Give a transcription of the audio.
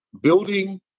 building